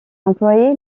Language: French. employés